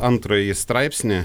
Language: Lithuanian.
antrąjį straipsnį